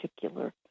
particular